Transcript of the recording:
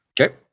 Okay